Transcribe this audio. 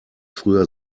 früher